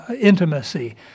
intimacy